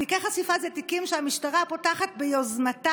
תיקי חשיפה זה תיקים שהמשטרה פותחת ביוזמתה,